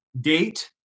date